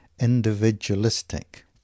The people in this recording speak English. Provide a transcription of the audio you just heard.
individualistic